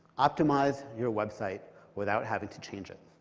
optimize your website without having to change it.